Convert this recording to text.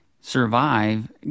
survive